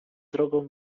drogą